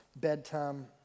bedtime